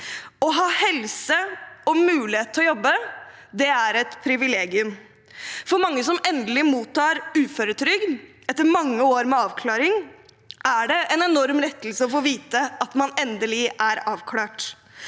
Å ha helse og mulighet til å jobbe er et privilegium. For mange som endelig mottar uføretrygd etter mange år med avklaring, er det en enorm lettelse å få vite at man endelig er avklart,